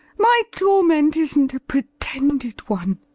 my torment isn't a pretended one.